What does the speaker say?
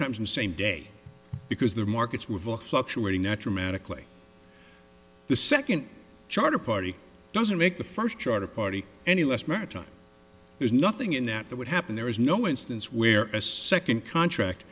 times and same day because their markets we've all fluctuating natural magically the second charter party doesn't make the first charter party any less maritime there's nothing in that that would happen there is no instance where a second contract